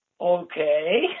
okay